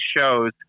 shows